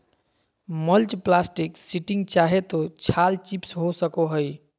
mulch plastic sheeting चाहे तो छाल चिप्स हो सको हइ